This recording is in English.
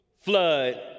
flood